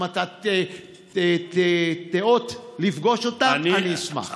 אם תיאות לפגוש אותם, אשמח.